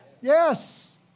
Yes